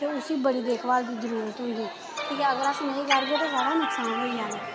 ते उसी बड़ी देखभाल दी जरूरत होंदी ते अगर नेईं करगे ते साढ़ा नुक्सान होई जाना